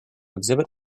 exhibit